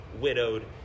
widowed